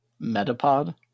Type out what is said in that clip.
Metapod